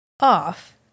off